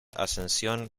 ascensión